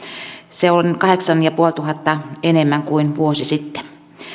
se on kahdeksantuhannenviidensadan enemmän kuin vuosi sitten